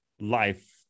life